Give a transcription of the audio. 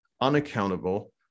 unaccountable